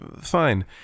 fine